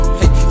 hey